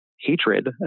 hatred